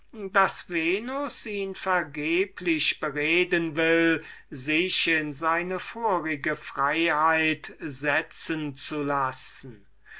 daß venus ihn vergeblich bereden will sich in seine vorige freiheit setzen zu lassen